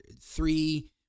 three